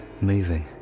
Moving